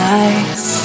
eyes